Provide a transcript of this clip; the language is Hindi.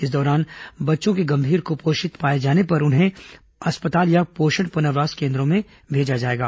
इस दौरान बच्चे के गंभीर कुपोषित पाए जाने पर उन्हें अस्पताल या पोषण पुनर्वास केन्द्रों में भेजा जाएगा